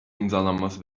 imzalanması